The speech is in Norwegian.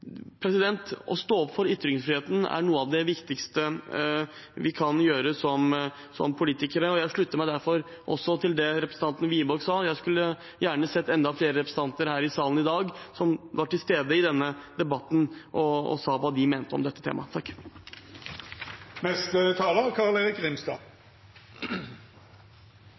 majoriteten. Å stå opp for ytringsfriheten er noe av det viktigste vi kan gjøre som politikere, og jeg slutter meg derfor også til det representanten Wiborg sa. Jeg skulle gjerne ha sett at enda flere representanter hadde vært til stede her i salen i dag i denne debatten og sagt hva de mente om dette temaet.